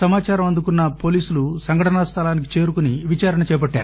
సమాచారం అందుకున్న పోలీసులు సంఘటనా స్థలానికి చేరుకొని విచారణ చేపట్టారు